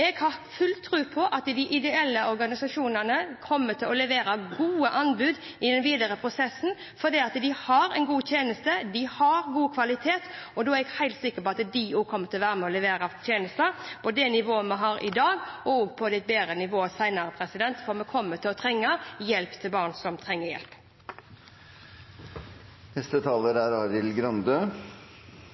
å levere gode anbud i den videre prosessen, fordi de har gode tjenester og god kvalitet. Da er jeg helt sikker på at de kommer til å være med og levere tjenester på det nivået vi har i dag, og også på et høyere nivå – for vi kommer til å trenge hjelp til barn som trenger hjelp. Representanten Arild Grande